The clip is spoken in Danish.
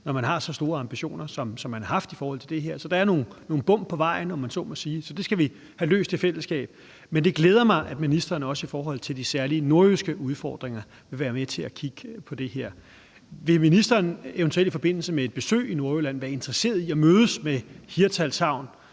når man har så store ambitioner, som man har haft i forhold til det her. Så der er nogle bump på vejen, om man så må sige, så det skal vi have løst i fællesskab. Men det glæder mig, at ministeren også i forhold de særlige nordjyske udfordringer vil være med til at kigge på det her. Vil ministeren eventuelt i forbindelse med et besøg i Nordjylland være interesseret i at mødes med Hirtshals